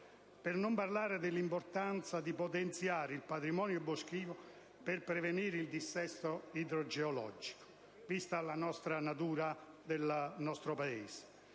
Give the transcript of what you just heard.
per non parlare dell'importanza di potenziare il patrimonio boschivo per prevenire il dissesto idrogeologico, vista la natura del nostro Paese.